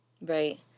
Right